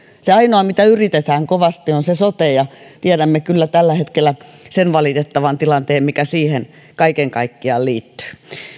se ainoa mitä yritetään kovasti on sote ja tiedämme kyllä tällä hetkellä sen valitettavan tilanteen mikä siihen kaiken kaikkiaan liittyy